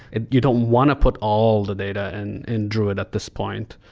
and you don't want to put all the data and in druid at this point.